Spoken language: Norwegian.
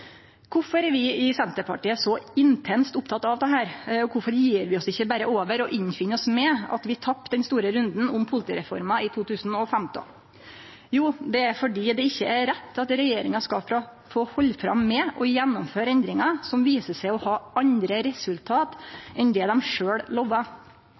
er vi i Senterpartiet så intenst opptekne av dette her, kvifor gjev vi oss ikkje berre over og innfinn oss med at vi tapte den store runden om politireforma i 2015? Jo, det er fordi det ikkje er rett at regjeringa skal få halde fram med å gjennomføre endringar som viser seg å ha andre resultat